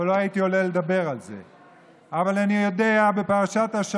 אבל לא הייתי עולה לדבר על זה.